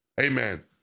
Amen